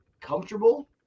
comfortable